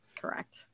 Correct